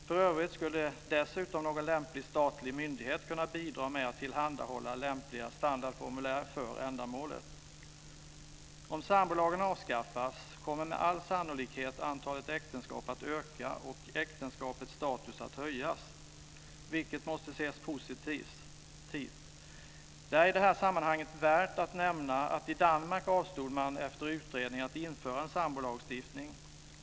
För övrigt skulle dessutom någon lämplig statlig myndighet kunna bidra med att tillhandahålla lämpliga standardformulär för ändamålet. Om sambolagen avskaffas kommer med all sannolikhet antalet äktenskap att öka och äktenskapets status att höjas, vilket måste ses som positivt. Det är i sammanhanget värt att nämna att man i Danmark efter utredning avstod från att införa en sambolagstiftning.